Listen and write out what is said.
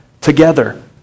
together